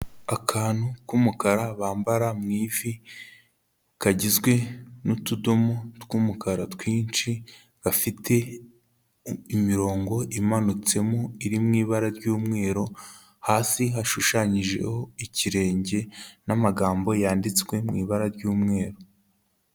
Akantu k'umukara bambara mu ivi kagizwe nu'utudomo tw'umukara twinshi, gafite imirongo imanutsemo iri mu ibara ry'umweru, hasi hashushanyijeho ikirenge n'amagambo yanditswe mu ibara ry'umweru.